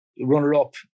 runner-up